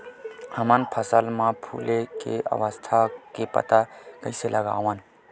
हमन फसल मा फुले के अवस्था के पता कइसे लगावन?